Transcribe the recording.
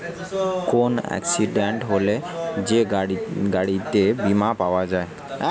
কোন এক্সিডেন্ট হলে যে গাড়িতে বীমা পাওয়া যায়